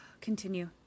Continue